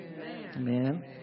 Amen